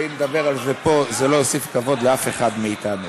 אם נדבר על זה פה, זה לא יוסיף כבוד לאף אחד מאתנו